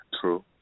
true